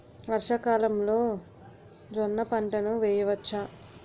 వర్షాకాలంలో జోన్న పంటను వేయవచ్చా?